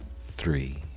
three